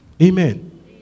Amen